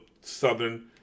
southern